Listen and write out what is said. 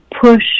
push